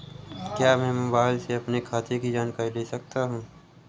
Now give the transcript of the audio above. क्या मैं मोबाइल से अपने खाते की जानकारी ले सकता हूँ?